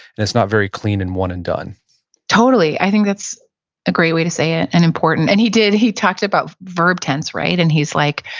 and it's not very clean and one-and-done totally. i think that's a great way to say it, and important. he did he talked about verb tense, right, and he's like,